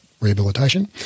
rehabilitation